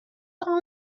grand